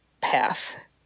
path